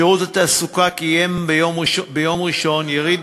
שירות התעסוקה קיים ביום ראשון יריד,